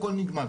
הכל נגמר.